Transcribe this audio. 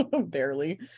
Barely